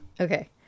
Okay